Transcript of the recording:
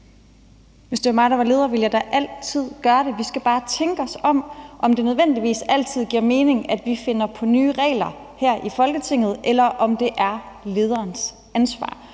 Hvis det var mig, der var leder, ville jeg da altid gøre det. Vi skal bare tænke os om, for giver det nødvendigvis altid mening, at vi finder på nye regler her i Folketinget? Eller er det lederens ansvar?